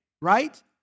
right